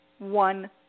One